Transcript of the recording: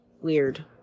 weird